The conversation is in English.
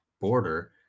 Border